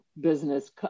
business